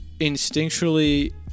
instinctually